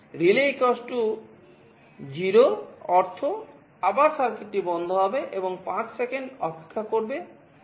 relay0 এর অর্থ আবার সার্কিটটি বন্ধ হবে এবং 5 সেকেন্ড অপেক্ষা করবে